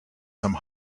some